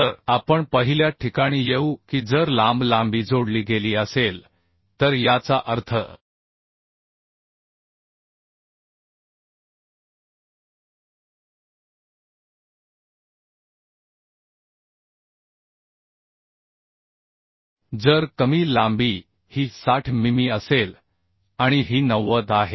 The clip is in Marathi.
तर आपण पहिल्या ठिकाणी येऊ की जर लांब लांबी जोडली गेली असेल तर याचा अर्थ जर कमी लांबी ही 60 मिमी असेल आणि ही 90 आहे